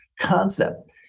concept